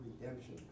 redemption